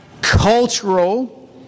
cultural